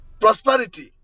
prosperity